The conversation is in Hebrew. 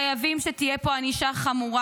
חייבים שתהיה פה ענישה חמורה,